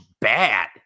bad